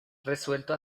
resuelto